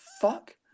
fuck